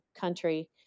country